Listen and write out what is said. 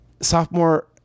Sophomore